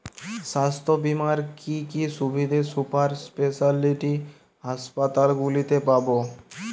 স্বাস্থ্য বীমার কি কি সুবিধে সুপার স্পেশালিটি হাসপাতালগুলিতে পাব?